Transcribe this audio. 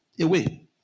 away